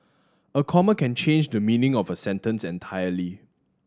a comma can change the meaning of a sentence entirely